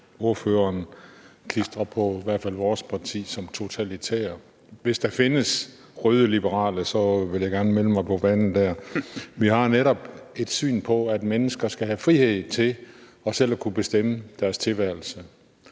ordføreren klistrer på i hvert fald vores parti som totalitært. Hvis der findes røde liberale, vil jeg gerne melde mig på banen dér. Vi har netop et syn på, at mennesker skal have frihed til selv at kunne bestemme over deres tilværelse.